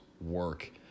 work